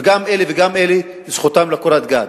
וגם אלה וגם אלה זכותם לקורת גג.